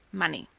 money.